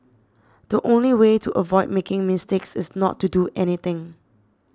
the only way to avoid making mistakes is not to do anything